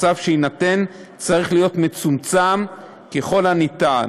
הצו שיינתן צריך להיות מצומצם ככל האפשר,